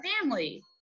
family